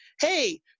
hey